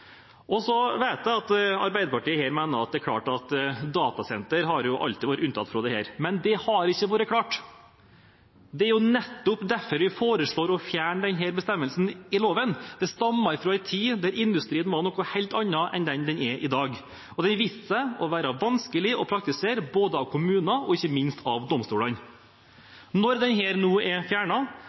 er klart at datasenter alltid har vært unntatt fra dette, men det har ikke vært klart. Det er nettopp derfor vi foreslår å fjerne denne bestemmelsen i loven. Den stammer fra en tid da industrien var noe helt annet enn det den er i dag, og den viste seg å være vanskelig å praktisere, både for kommuner og ikke minst for domstolene. Når den nå er fjernet, sier Statkrafts administrerende direktør rett ut til Reuters at endringen i skatteloven i Norge har ført til at Norge nå er